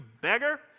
beggar